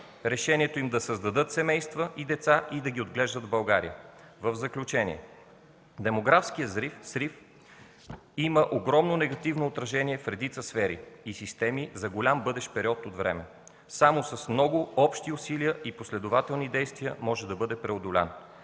желанието им да създадат семейство и деца и да ги отглеждат в България. В заключение, демографският срив има огромно негативно отражение в редица сфери и системи за голям бъдещ период от време. Само с много общи усилия и последователни действия той може да бъде преодолян.